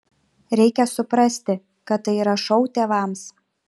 reikia suprasti kad tai yra šou tėvams